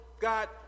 God